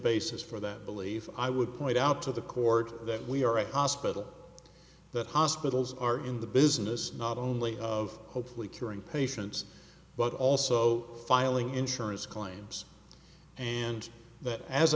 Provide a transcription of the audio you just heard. basis for that belief i would point out to the court that we are a hospital that hospitals are in the business not only of hopefully curing patients but also filing insurance claims and that as